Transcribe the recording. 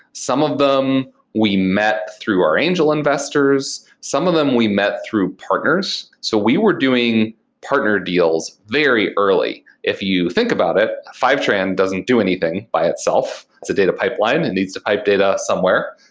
some of them we met through our angel investors. some of them we met through partners. so we were doing partner deals very early. if you think about it, fivetran doesn't do anything by itself. it's a data pipeline. it needs to pipe data somewhere.